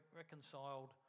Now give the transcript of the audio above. reconciled